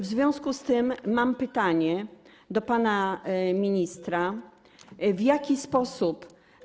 W związku z tym mam pytanie do pana ministra: W jaki sposób.